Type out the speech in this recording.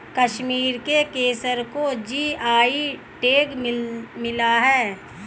कश्मीर के केसर को जी.आई टैग मिला है